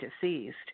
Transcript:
deceased